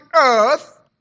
earth